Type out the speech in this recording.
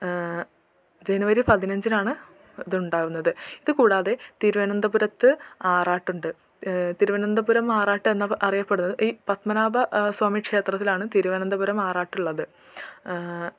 ജനുവരി പതിനഞ്ചിനാണ് ഇതുണ്ടാകുന്നത് ഇത് കൂടാതെ തിരുവന്തപുരത്ത് ആറാട്ടുണ്ട് തിരുവനന്തപുരം ആറാട്ടെന്ന് അറിയപ്പെടുന്നത് ഈ പദ്മനാഭ സ്വാമി ക്ഷേത്രത്തിലാണ് തിരുവനന്തപുരം ആറാട്ടുള്ളത്